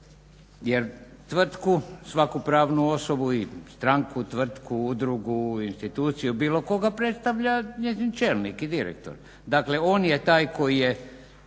Jer tvrtku, svaku pravnu osobu i stranku, tvrtku, udrugu, instituciju bilo koga predstavlja njezin čelnik i direktor. Dakle on je taj koji je